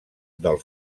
del